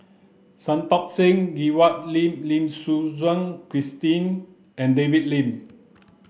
Santokh Singh Grewal Lim Lim Suchen Christine and David Lim